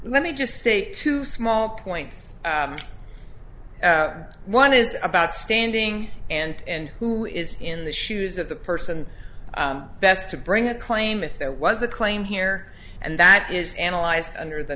let me just say to small points one is about standing and who is in the shoes of the person best to bring a claim if there was a claim here and that is analyzed under the